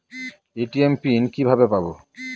ATM PIN কিভাবে পাবো?